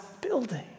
building